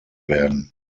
werden